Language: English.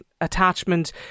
attachment